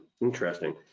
Interesting